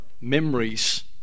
memories